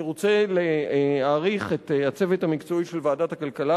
ואני רוצה להעריך את הצוות המקצועי של ועדת הכלכלה,